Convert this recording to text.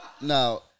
now